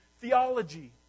theology